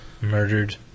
murdered